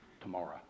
tomorrow